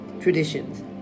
traditions